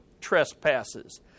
trespasses